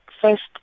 First